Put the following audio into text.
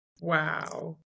Wow